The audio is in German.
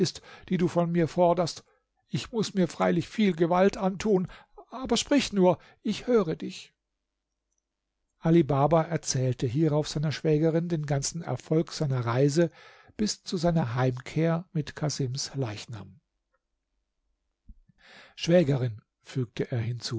die du von mir forderst ich muß mir freilich viel gewalt antun aber sprich nur ich höre dich ali baba erzählte hierauf seiner schwägerin den ganzen erfolg seiner reise bis zu seiner heimkehr mit casims leichnam schwägerin fügte er hinzu